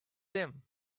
them